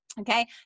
Okay